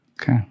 okay